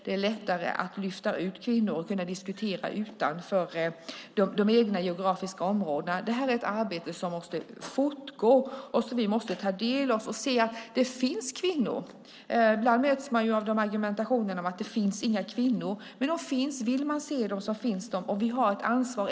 Det är lättare att lyfta ut kvinnor och diskutera utanför de egna geografiska områdena. Det här är ett arbete som måste fortgå och som vi måste ta del av. Det finns kvinnor. Ibland möts man av en argumentation om att det inte skulle finnas några kvinnor. Men de finns. Vill man se dem så finns de. Vi har ett ansvar.